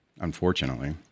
unfortunately